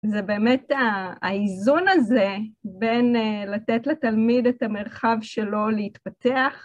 זה באמת האיזון הזה, בין לתת לתלמיד את המרחב שלו להתפתח,